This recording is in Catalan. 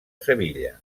sevilla